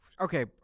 Okay